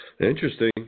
Interesting